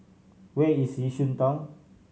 where is Yishun Town